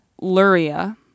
Luria